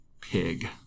Pig